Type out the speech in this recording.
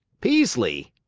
peaslee,